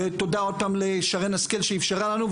ותודה עוד פעם לשרן השכל שאפשרה לנו.